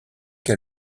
qu’à